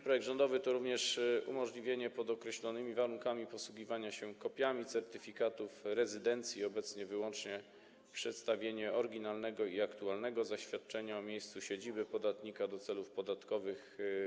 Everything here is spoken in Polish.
Projekt rządowy również umożliwia pod określonymi warunkami posługiwanie się kopiami certyfikatów rezydencji - obecnie jest możliwe wyłącznie przedstawienie oryginalnego i aktualnego zaświadczenia o miejscu siedziby podatnika do celów podatkowych.